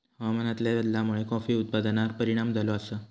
हवामानातल्या बदलामुळे कॉफी उत्पादनार परिणाम झालो आसा